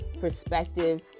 perspective